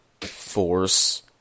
force